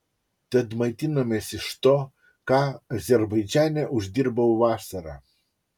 tad maitinamės iš to ką azerbaidžane uždirbau vasarą